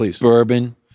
bourbon